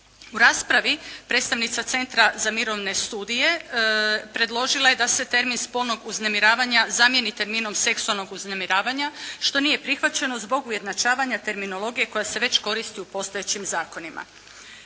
U raspravi predstavnica Centra za mirovne studije predložila je da se termin spolnog uznemiravanja zamijeni terminom seksualnog uznemiravanja što nije prihvaćeno zbog ujednačavanja terminologije koja se već koristi u postojećim zakonima.